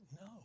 No